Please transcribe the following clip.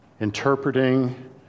interpreting